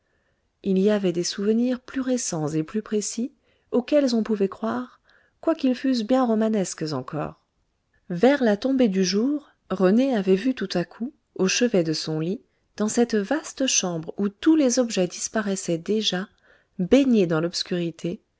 il y avait des souvenirs plus récents et plus précis auxquels on pouvait croire quoiqu'ils fussent bien romanesques encore vers la tombée du jour rené avait vu tout a coup au chevet de son lit dans cette vaste chambre où tous les objets disparaissaient déjà baignés dans l'obscurité